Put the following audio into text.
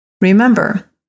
Remember